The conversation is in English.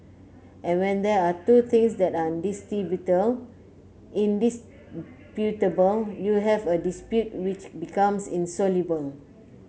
and when there are two things that are indisputable you have a dispute which becomes insoluble